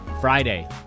Friday